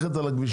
כביש